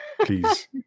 please